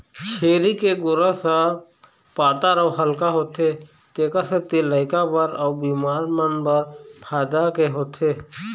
छेरी के गोरस ह पातर अउ हल्का होथे तेखर सेती लइका बर अउ बिमार मन बर फायदा के होथे